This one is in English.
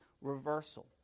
reversal